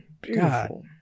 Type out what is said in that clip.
Beautiful